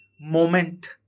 moment